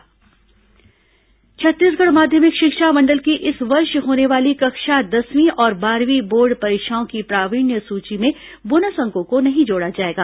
board परीक्षा bonus अंक छत्तीसगढ़ माध्यमिक शिक्षा मंडल की इस वर्ष होने वाली कक्षा दसवीं और बारहवीं बोर्ड परीक्षाओं की प्रावीण्य सूची में बोनस अंकों को नहीं जोड़ा जाएगा